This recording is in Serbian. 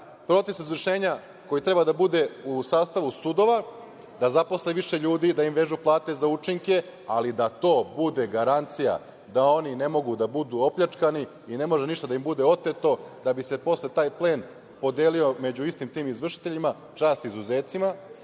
proces izvršenja koji treba da bude u sastavu sudova, da zaposle više ljudi, da im vežu plate za učinke, ali da to bude garancija da oni ne mogu da budu opljačkani i ne može ništa da im bude oteto da bi se posle taj plen podelio među istim tim izvršiteljima, čast izuzecima.